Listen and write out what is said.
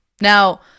Now